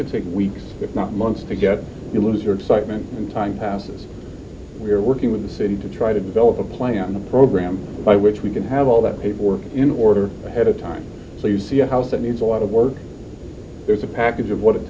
could take weeks if not months to get you lose your excitement in time passes we're working with the city to try to develop a plan the program by which we can have all that paperwork in order ahead of time so you see a house that needs a lot of work there's a package of what it